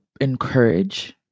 encourage